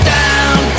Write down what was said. down